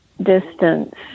distance